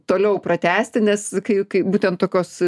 toliau pratęsti nes kai kai būtent tokios